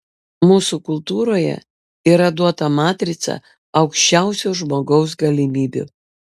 mūsų kultūroje yra duota matrica aukščiausių žmogaus galimybių